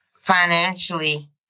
financially